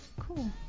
cool